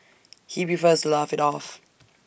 he prefers to laugh IT off